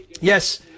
Yes